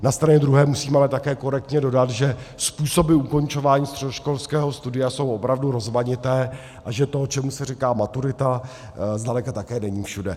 Na straně druhé musím ale také korektně dodat, že způsoby ukončování středoškolského studia jsou opravdu rozmanité a že to, čemu se říká maturita, zdaleka také není všude.